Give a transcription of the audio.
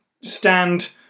stand